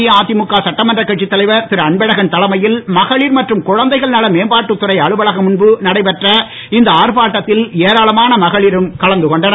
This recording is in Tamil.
அஇஅதிமுக சட்டமன்றக் கட்சித் தலைவர் திரு அன்பழகன் தலைமையில் மகளிர் மற்றும் குழந்தைகள் நல மேம்பாட்டு துறை அலுவலகம் முன்பு நடைபெற்ற இந்த ஆர்ப்பாட்டத்தில் ஏராளமான மகளிரும் கலந்து கொண்டனர்